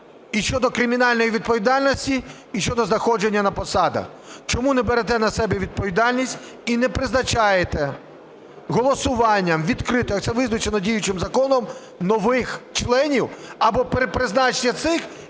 і щодо кримінальної відповідальності, і щодо знаходження на посадах. Чому не берете на себе відповідальність і не призначаєте голосуванням відкрито, як це визначено діючим законом, нових членів або перепризначення цих,